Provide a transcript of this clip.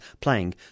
playing